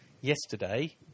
Yesterday